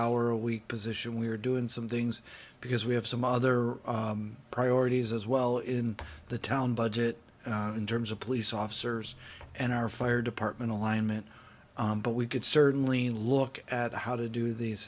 hour a week position we are doing some things because we have some other priorities as well in the town budget in terms of police officers and our fire department alignment but we could certainly look at how to do these